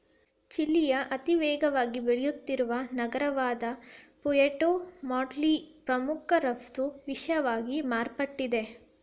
ಚಿಲಿಯ ಅತಿವೇಗವಾಗಿ ಬೆಳೆಯುತ್ತಿರುವ ನಗರವಾದಪುಯೆರ್ಟೊ ಮಾಂಟ್ನಲ್ಲಿ ಪ್ರಮುಖ ರಫ್ತು ವಿಷಯವಾಗಿ ಮಾರ್ಪಟ್ಟಿದೆ